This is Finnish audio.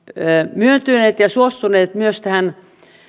myöntyneet ja suostuneet myös tähän